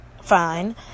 fine